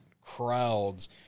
crowds